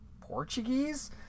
Portuguese